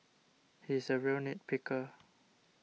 he is a real nit picker